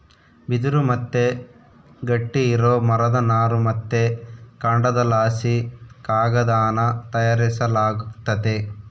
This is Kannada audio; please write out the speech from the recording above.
ಬಿದಿರು ಮತ್ತೆ ಗಟ್ಟಿ ಇರೋ ಮರದ ನಾರು ಮತ್ತೆ ಕಾಂಡದಲಾಸಿ ಕಾಗದಾನ ತಯಾರಿಸಲಾಗ್ತತೆ